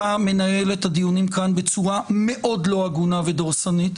אתה מנהל את הדיונים כאן בצורה מאוד לא הגונה ודורסנית,